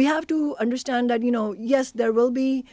we have to understand that you know yes there will be